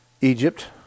Egypt